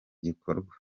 gikorwa